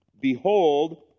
Behold